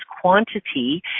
quantity